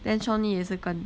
then sean lee 也是跟